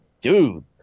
dude